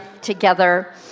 together